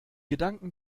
gedanken